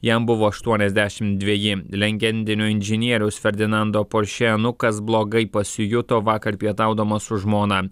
jam buvo aštuoniasdešimt dveji legendinio inžinieriaus ferdinando porsche anūkas blogai pasijuto vakar pietaudamas su žmona